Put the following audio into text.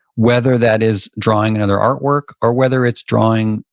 whether that is drawing another artwork or whether it's drawing,